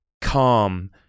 calm